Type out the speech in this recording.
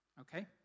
Okay